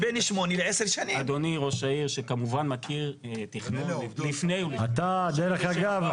אדוני ראש העיר שכמובן מכיר תכנון לפני ולפנים --- דרך אגב,